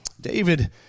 David